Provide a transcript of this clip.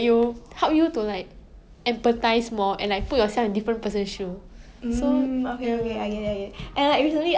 orh ya ya ya oh ya